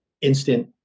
instant